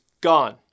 gone